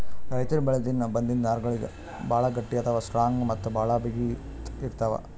ರೈತರ್ ಬೆಳಿಲಿನ್ದ್ ಬಂದಿಂದ್ ನಾರ್ಗಳಿಗ್ ಭಾಳ್ ಗಟ್ಟಿ ಅಥವಾ ಸ್ಟ್ರಾಂಗ್ ಮತ್ತ್ ಭಾಳ್ ಬಿಗಿತ್ ಇರ್ತವ್